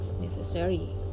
necessary